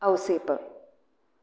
Ouseph